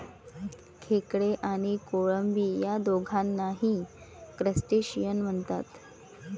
खेकडे आणि कोळंबी या दोघांनाही क्रस्टेशियन म्हणतात